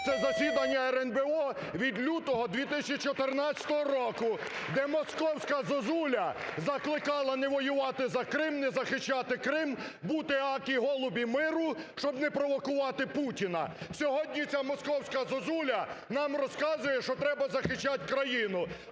це засідання РНБО від лютого 2014 року, де московська зозуля закликала не воювати за Крим, не захищати Крим, бути акі голуби миру, щоб не провокувати Путіна. Сьогодні ця московська зозуля нам розказує, що треба захищати країну.